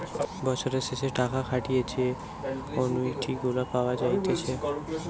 বছরের শেষে টাকা খাটিয়ে যে অনুইটি গুলা পাওয়া যাইতেছে